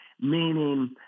meaning